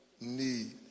need